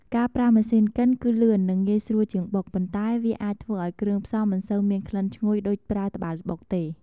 ការប្រើម៉ាស៊ីនកិនគឺ លឿន និងងាយស្រួលជាងបុក ប៉ុន្តែវាអាចធ្វើឱ្យគ្រឿងផ្សំមិនសូវមានក្លិនឈ្ងុយដូចប្រើត្បាល់បុកទេ។